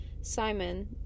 Simon